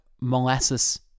molasses